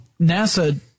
NASA